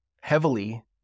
heavily